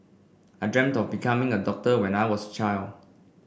I dreamt of becoming a doctor when I was child